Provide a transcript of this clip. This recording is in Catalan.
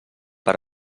per